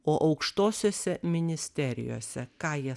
o aukštosiose ministerijose ką jie